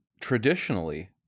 traditionally